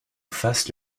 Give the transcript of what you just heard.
face